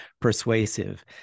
persuasive